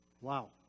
Wow